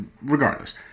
regardless